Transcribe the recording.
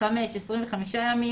(5)25 ימים,